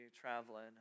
traveling